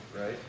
right